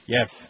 Yes